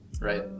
Right